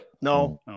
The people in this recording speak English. No